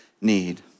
need